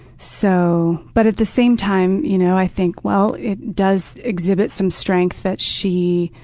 so but at the same time, you know i think well, it does exhibit some strength that she